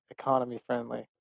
economy-friendly